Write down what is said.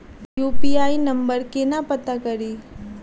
UPI नंबर केना पत्ता कड़ी?